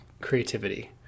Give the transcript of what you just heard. creativity